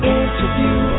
interview